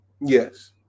Yes